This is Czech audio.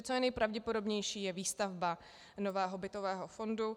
Nejpravděpodobnější je výstavba nového bytového fondu.